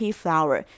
flour